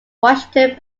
washington